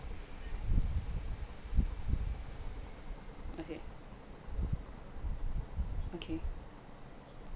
okay okay